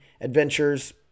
adventures